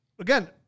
again